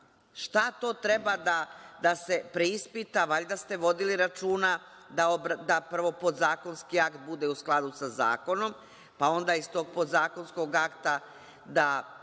Šta to treba da se preispita? Valjda ste vodili računa da prvo podzakonski akt bude u skladu sa zakonom, pa onda iz tog podzakonskog akta da dođe